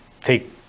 take